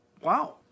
Wow